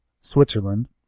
Switzerland